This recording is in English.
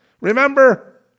Remember